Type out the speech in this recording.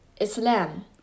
Islam